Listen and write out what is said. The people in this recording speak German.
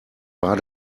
war